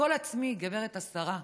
גול עצמי, גברת השרה.